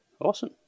awesome